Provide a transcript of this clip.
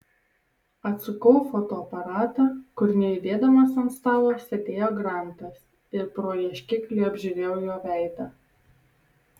atsukau fotoaparatą kur nejudėdamas ant stalo sėdėjo grantas ir pro ieškiklį apžiūrėjau jo veidą